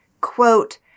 quote